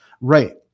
Right